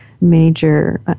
major